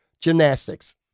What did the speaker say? gymnastics